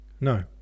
No